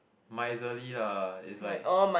miserly lah is like